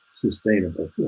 sustainable